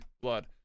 blood